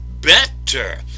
better